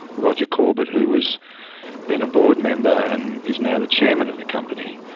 roger corbett, who was then a board member and is now the chairman of the company,